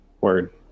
Word